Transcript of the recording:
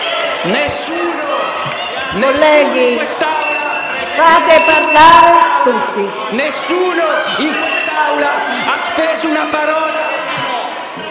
Nessuno in quest'Aula ha mai speso una parola